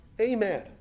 Amen